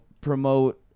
promote